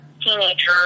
teenager